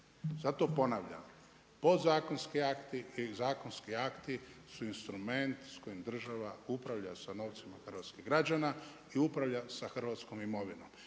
Zato ponavljam, podzakonski akti i zakonski akti su instrument s kojim država upravlja sa novcima hrvatskih građana i upravlja sa hrvatskom imovinom